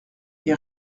est